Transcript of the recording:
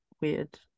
weird